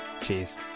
Cheers